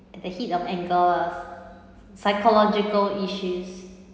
the heat of anger psychological issues